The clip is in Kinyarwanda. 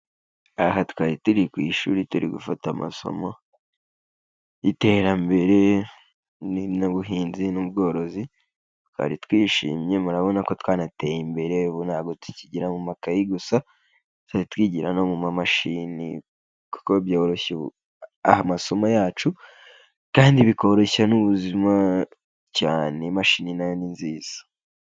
Aha twari turi ku ishuri turi gufata amasomo y'iterambere n'ubuhinzi n'ubworozi, twari twishimye murabona ko twanateye imbere ubu ntabwo tukigira mu makayi gusa tuzajya twigira no mu mashini kuko byoroshya amasomo yacu kandi bikoroshya n'ubuzima cyane, imashini nayo ni nziza.